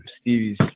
Stevie's